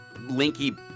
linky